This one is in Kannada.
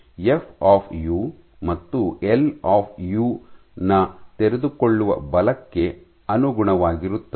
ಎಫ್ ಆಫ್ ಯು ಮತ್ತು ಎಲ್ ಆಫ್ ಯು ನ ತೆರೆದುಕೊಳ್ಳುವ ಬಲಕ್ಕೆ ಅನುಗುಣವಾಗಿರುತ್ತದೆ